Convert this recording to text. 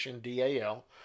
DAL